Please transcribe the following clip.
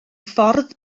ffordd